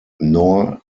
nor